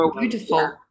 beautiful